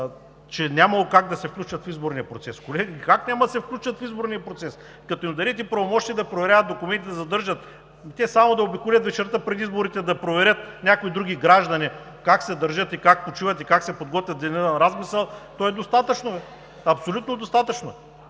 е нямало как да се включат в изборния процес. Колеги, как няма да се включат в изборния процес, като им дадете правомощия да проверяват документи, да задържат? Ами, те само да обиколят вечерта преди изборите да проверят някои други граждани как се държат, как почиват и как се подготвят в деня на размисъл, то е достатъчно бе, абсолютно достатъчно